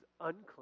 unclean